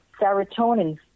serotonin